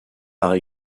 par